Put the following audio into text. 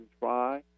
try